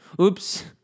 Oops